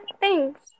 Thanks